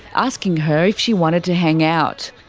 asking her if she wanted to hang out.